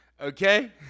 Okay